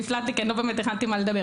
נפלט לי כי אני לא באמת הכנתי על מה לדבר.